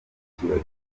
ikirori